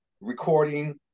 Recording